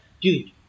dude